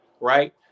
Right